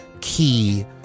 key